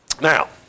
now